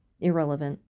irrelevant